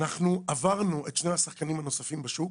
אנחנו עברנו את שני השחקנים הנוספים בשוק.